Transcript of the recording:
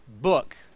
book